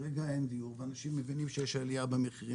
כרגע אין דיור ואנשים מבינים שיש עליה במחירים